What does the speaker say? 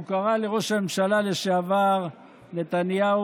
שהוא קרא לראש הממשלה לשעבר נתניהו